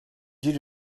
did